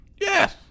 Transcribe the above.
Yes